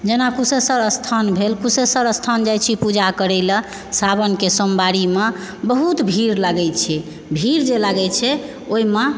जेना कुशेश्वर स्थान भेल कुशेश्वर स्थान जाय छी पूजा करयलऽ सावनके सोमवारीमऽ बहुत भीड़ लागैत छै भीड़ जे लागैत छै ओहिमे